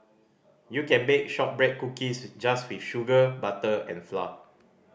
you can bake shortbread cookies just with sugar butter and flour